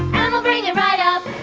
we'll bring it right up!